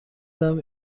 دهم